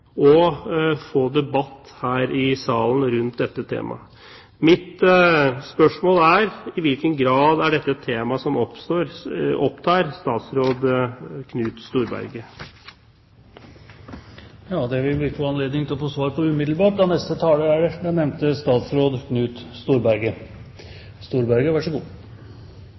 og få debatt her i salen rundt dette temaet. Mitt spørsmål er: I hvilken grad er dette et tema som opptar statsråd Knut Storberget? Det vil vi få anledning til å få svar på umiddelbart – neste taler er statsråd Knut Storberget.